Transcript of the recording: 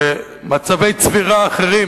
במצבי צבירה אחרים,